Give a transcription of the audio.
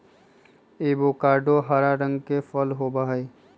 avocado हरा रंग के फल होबा हई